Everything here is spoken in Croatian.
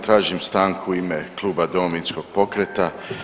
Tražim stanku u ime kluba Domovinskog pokreta.